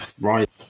right